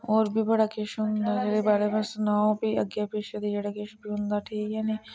होर बी बड़ा किश होंदा जेह्दे बारै में सनां फ्ही अग्गें पिच्छे दा जेह्डा किश बी होंदा ठीक ऐ नी